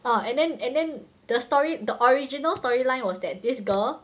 ah and then and then the story the original storyline was that this girl